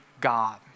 God